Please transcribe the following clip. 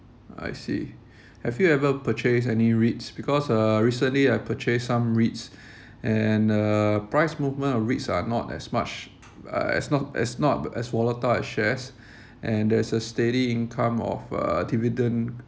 I see have you ever purchase any REITs because uh recently I purchased some REITs and uh price movement of REITs are not as much uh as not as not as volatile shares and there's a steady income of uh dividend